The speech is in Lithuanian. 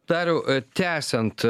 dariau tęsiant